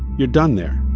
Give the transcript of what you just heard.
you're done there.